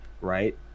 right